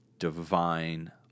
divine